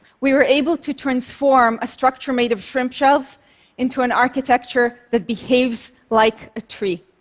we were able to transform a structure made of shrimp shells into an architecture that behaves like a tree.